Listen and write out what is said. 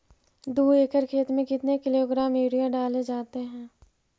दू एकड़ खेत में कितने किलोग्राम यूरिया डाले जाते हैं?